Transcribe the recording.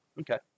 Okay